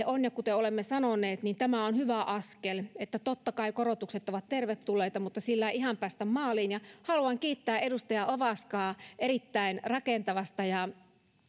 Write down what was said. on ja kuten olemme sanoneet niin tämä on hyvä askel totta kai korotukset ovat tervetulleita mutta sillä ei ihan päästä maaliin ja haluan kiittää edustaja ovaskaa erittäin rakentavasta ja